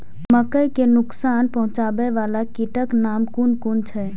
मके के नुकसान पहुँचावे वाला कीटक नाम कुन कुन छै?